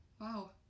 wow